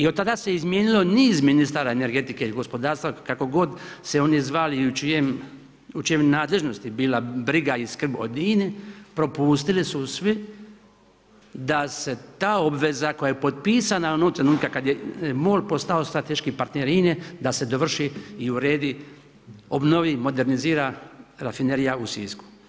I od tada se izmijenilo niz ministara energetike ili gospodarstva, kako god se oni zvali i u čijoj nadležnosti bila briga i skrb o INA-e propustili su svi da se ta obveza koja je potpisana unutra kad je MOL postao strateški partner INA-e, da se dovrši i uredi, obnovi, modernizira rafinerija u Sisku.